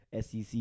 sec